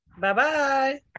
Bye-bye